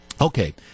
okay